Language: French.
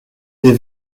des